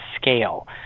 scale